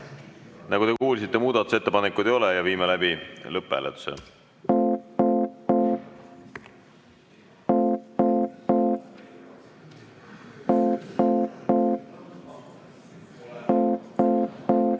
Nagu te kuulsite, muudatusettepanekuid ei ole ja viime läbi lõpphääletuse.